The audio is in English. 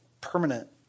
Permanent